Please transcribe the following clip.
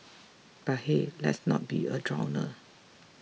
but hey let's not be a downer